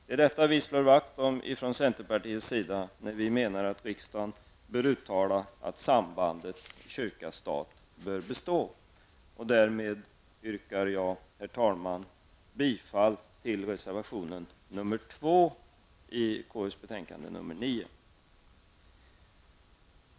Det är detta vi slår vakt om från centerpartiets sida, och vi menar att riksdagen bör uttala att sambandet kyrka--stat bör bestå. Herr talman! Därmed yrkar jag bifall till reservation 2 i konstitutionsutskottets betänkande nr 9.